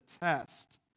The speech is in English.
test